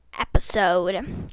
episode